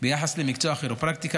ביחס למקצוע הכירופרקטיקה,